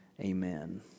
amen